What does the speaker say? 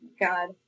God